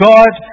God